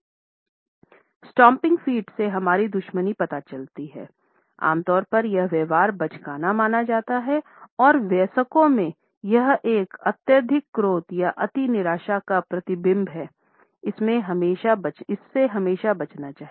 stumping feet से हमारी दुश्मनी पता चलता है आम तौर पर यह व्यवहार बचकाना माना जाता है और वयस्कों में यह एक अत्यधिक क्रोध या अति निराशा का प्रतिबिंब है इससे हमेशा बचना चाहिए